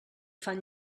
fan